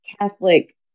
Catholic